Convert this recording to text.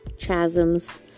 chasms